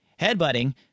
headbutting